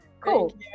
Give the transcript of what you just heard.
cool